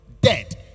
dead